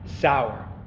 sour